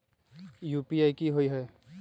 UPI कि होअ हई?